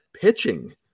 pitching